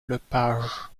lepage